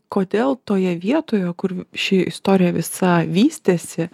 kodėl toje vietoje kur vi ši istorija visa vystėsi